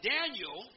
Daniel